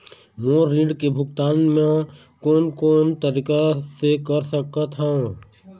मोर ऋण के भुगतान म कोन कोन तरीका से कर सकत हव?